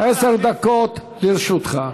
עשר דקות לרשותך.